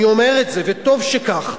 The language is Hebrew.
אני אומר את זה, וטוב שכך.